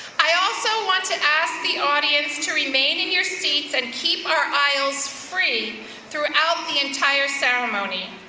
i also want to ask the audience to remain in your seats and keep our aisles free throughout the entire ceremony.